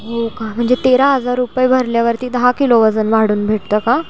हो का म्हणजे तेरा हजार रुपये भरल्यावरती दहा किलो वजन वाढून भेटतं का